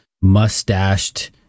mustached